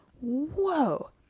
whoa